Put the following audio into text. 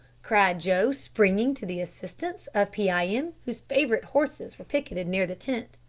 cried joe, springing to the assistance of pee-eye-em, whose favourite horses were picketted near the tent.